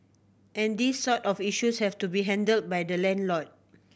and these sort of issues have to be handled by the landlord